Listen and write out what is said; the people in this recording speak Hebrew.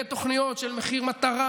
בתוכניות של מחיר מטרה.